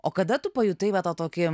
o kada tu pajutai va tą tokį